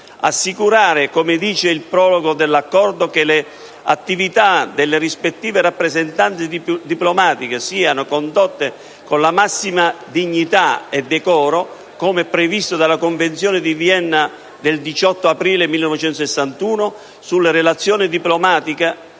Assicurare, come dice il preambolo dell'Accordo: «(...) che le attività delle rispettive rappresentanze diplomatiche siano condotte con la massima dignità e decoro, come previsto dalla Convenzione di Vienna del 18 aprile 1961 sulle relazioni diplomatiche»